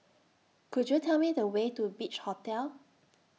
Could YOU Tell Me The Way to Beach Hotel